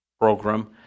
program